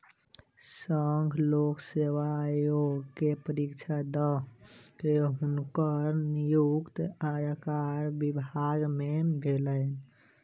संघ लोक सेवा आयोग के परीक्षा दअ के हुनकर नियुक्ति आयकर विभाग में भेलैन